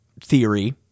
theory